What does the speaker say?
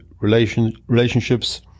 relationships